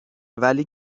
ولی